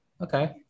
okay